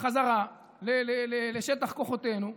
חזרה לשטח כוחותינו.